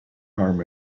arm